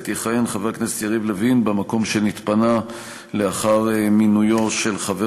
יכהן חבר הכנסת יריב לוין במקום שנתפנה לאחר מינויו של חבר